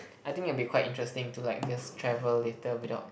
I think it'll be quite interesting to like just travel later without